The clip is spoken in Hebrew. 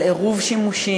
על עירוב שימושים,